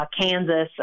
kansas